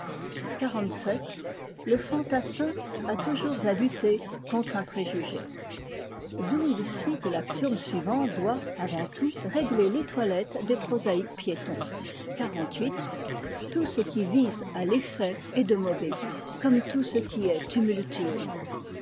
xlvii le fantassin a toujours à lutter contre un préjugé d'où il suit que l'axiome suivant doit avant tout régler les toilettes des prosaïques piétons xlviii tout ce qui vise à l'effet est de mauvais goût comme tout ce qui est tumultueux